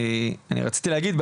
אני רציתי להגיד,